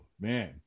man